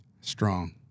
Strong